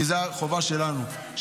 כי זאת החובה שלנו,